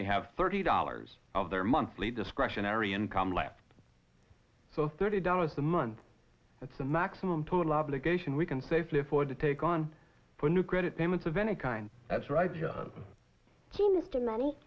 they have thirty dollars of their monthly discretionary income left so thirty dollars a month that's the maximum total obligation we can safely afford to take on for new credit payments of any kind that's right